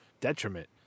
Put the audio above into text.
detriment